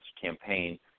campaign